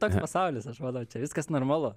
toks pasaulis aš manau čia viskas normalu